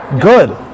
good